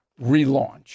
relaunch